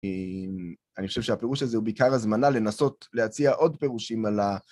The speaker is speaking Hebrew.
אני חושב שהפירוש הזה הוא בעיקר הזמנה לנסות להציע עוד פירושים על ה...